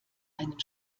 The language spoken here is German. einen